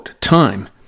time